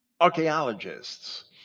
archaeologists